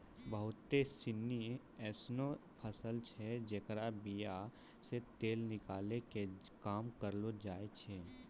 बहुते सिनी एसनो फसल छै जेकरो बीया से तेल निकालै के काम करलो जाय छै